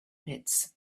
pits